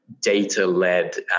data-led